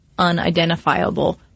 unidentifiable